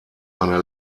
eine